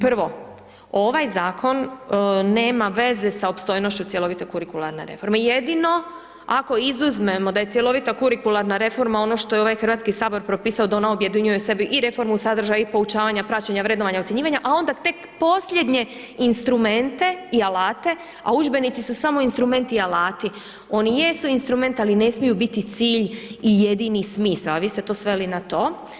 Prvo ovaj zakon nema veze sa opstojnošću cjelovite kurikularne reforme, jedino ako izmuzemo da je cjelovita kurikularna reforma, ono što je ovaj Hrvatski sabor propisuje da ona objedinjuje sebe i reformu sadržaja i poučavanje praćenje vrednovanja i ocjenjivanja, a onda tek posljednje instrumente i alate, a udžbenici su samo instrumenti i alati, oni jesu instrument, ali ne smiju biti cilj i jedini smisao, a vi ste to sveli na to.